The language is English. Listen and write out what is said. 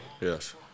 Yes